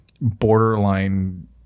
borderline